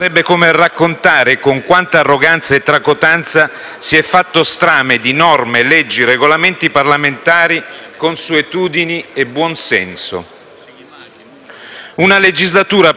Una legislatura passata sotto il maglio del voto di fiducia. Ma per un attimo vogliamo interrogarci e chiederci cosa sia il voto di fiducia?